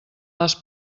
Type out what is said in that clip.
les